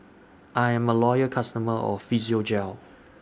I'm A Loyal customer of Physiogel